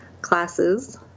classes